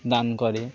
দান করে